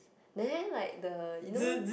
[neh] like the you know